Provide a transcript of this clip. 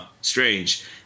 Strange